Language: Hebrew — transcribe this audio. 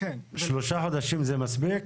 3 חודשים זה מספיק?